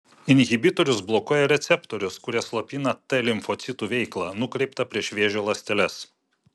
inhibitorius blokuoja receptorius kurie slopina t limfocitų veiklą nukreiptą prieš vėžio ląsteles